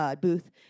booth